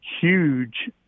huge